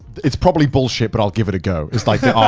it's probably bullshit but i'll give it a go. it's like r,